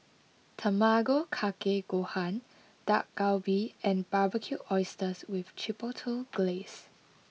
Tamago kake gohan Dak Galbi and Barbecued Oysters with Chipotle Glaze